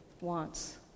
wants